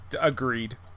agreed